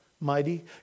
mighty